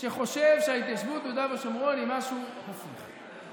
שחושב שההתיישבות ביהודה ושומרון היא משהו הפיך.